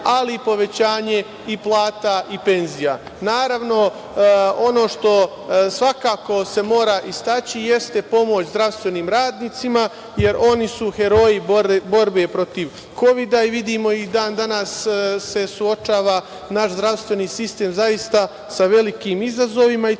ali i povećanje plata i penzija. Naravno, ono što se svakako mora istaći jeste pomoć zdravstvenim radnicima, jer oni su heroji borbe protiv Kovida. Vidimo da se i dan danas naš zdravstveni sistem suočava sa velikim izazovima i